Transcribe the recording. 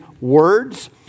words